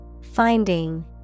Finding